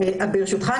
ברשותך,